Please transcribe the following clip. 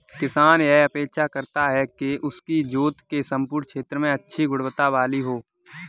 किसान यह अपेक्षा करता है कि उसकी जोत के सम्पूर्ण क्षेत्र में अच्छी गुणवत्ता वाली हो